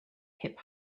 hip